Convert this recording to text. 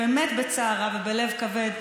באמת בצער רב ובלב כבד,